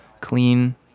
clean